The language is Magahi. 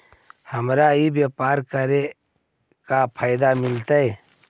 हमरा ई व्यापार करके का फायदा मिलतइ?